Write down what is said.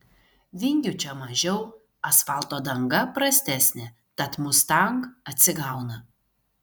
vingių čia mažiau asfalto danga prastesnė tad mustang atsigauna